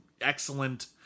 excellent